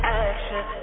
action